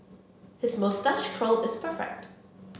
his moustache curl is perfect